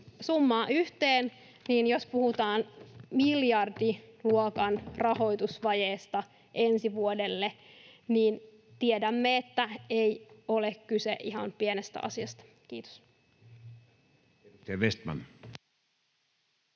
summaa yhteen, niin jos puhutaan miljardiluokan rahoitusvajeesta ensi vuodelle, niin tiedämme, että ei ole kyse ihan pienestä asiasta. — Kiitos.